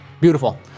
beautiful